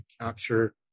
capture